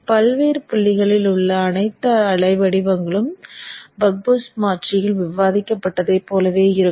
பல்வேறு புள்ளிகளில் உள்ள அனைத்து அலை வடிவங்களும் பக் பூஸ்ட் மாற்றியில் விவாதிக்கப்பட்டதைப் போலவே இருக்கும்